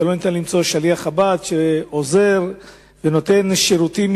שלא ניתן למצוא שליח חב"ד שעוזר ונותן שירותים